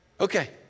Okay